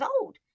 old